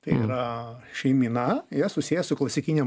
tai yra šeimyna jie susiję su klasikine